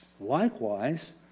Likewise